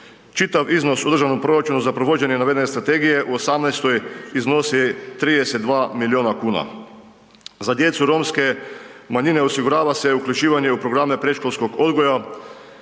Čitav iznos u državnom proračunu za provođenje navedene strategije u 2018.iznosi 32 milijuna kuna. Za djecu romske manjine osigurava se uključivanje u programe predškolskog odgoja